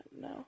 no